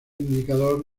indicador